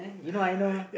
you know I know